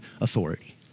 authority